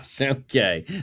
Okay